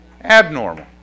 Abnormal